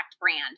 brand